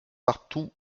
partout